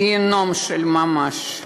גיהינום של ממש.